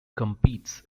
competes